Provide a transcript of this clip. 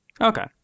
Okay